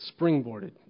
springboarded